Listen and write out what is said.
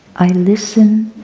i listen,